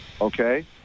okay